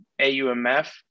AUMF